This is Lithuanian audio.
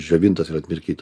džiovintas ir atmirkytas